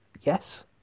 yes